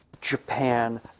Japan